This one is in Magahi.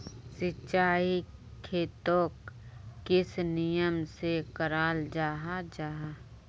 सिंचाई खेतोक किस नियम से कराल जाहा जाहा?